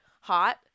hot